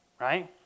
right